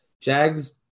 Jags